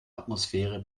atmosphäre